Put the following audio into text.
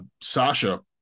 Sasha